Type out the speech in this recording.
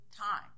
time